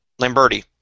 Lamberti